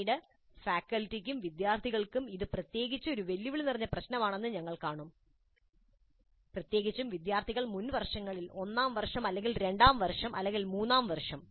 പിന്നീട് ഫാക്കൽറ്റിക്കും വിദ്യാർത്ഥികൾക്കും ഇത് പ്രത്യേകിച്ചും ഒരു വെല്ലുവിളി നിറഞ്ഞ പ്രശ്നമാണെന്ന് ഞങ്ങൾ കാണും പ്രത്യേകിച്ചും വിദ്യാർത്ഥികൾ മുൻ വർഷങ്ങളിൽ ഒന്നാം വർഷം അല്ലെങ്കിൽ രണ്ടാം വർഷം അല്ലെങ്കിൽ മൂന്നാം വർഷം